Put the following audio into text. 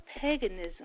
paganism